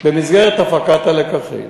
במסגרת הפקת הלקחים,